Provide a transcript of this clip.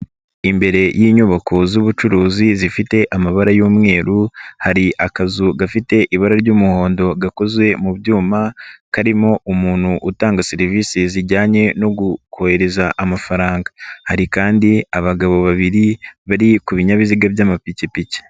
Imbere y'inyubako z'ubucuruzi zifite amabara y'umweru, hari akazu gafite ibara ry'umuhondo gakozezwe mu byuma, karimo umuntu utanga serivisi zijyanye no kohereza amafaranga. Hari kandi abagabo babiri bari ku binyabiziga by'amapikipiki.